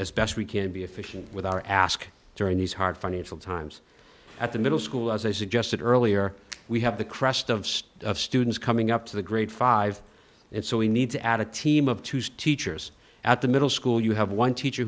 as best we can be efficient with our ask during these hard financial times at the middle school as i suggested earlier we have the crust of students coming up to the grade five and so we need to add a team of tuesday teachers at the middle school you have one teacher